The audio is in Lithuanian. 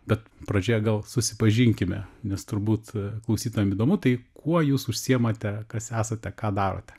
bet pradžioje gal susipažinkime nes turbūt klausytojam įdomu tai kuo jūs užsiėmate kas esate ką darote